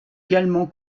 également